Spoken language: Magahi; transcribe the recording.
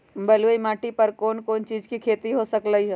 बलुई माटी पर कोन कोन चीज के खेती हो सकलई ह?